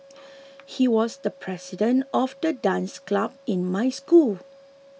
he was the president of the dance club in my school